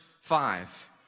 five